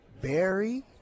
Barry